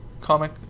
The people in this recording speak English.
Comic